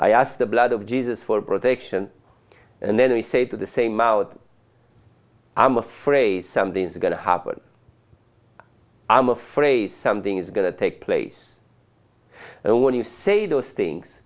i asked the blood of jesus for protection and then he said to the same out i'm afraid something's going to happen i'm afraid something is going to take place and when you say those things